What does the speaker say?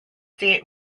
date